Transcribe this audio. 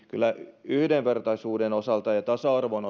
kyllä yhdenvertaisuuden osalta ja tasa arvon